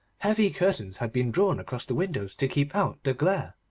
heavy curtains had been drawn across the windows to keep out the glare.